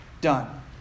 done